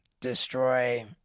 destroy